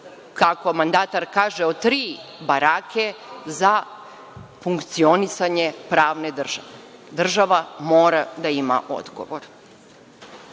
kako mandatar kaže od tri barake, za funkcionisanje pravne države, država mora da ima odgovor. Čak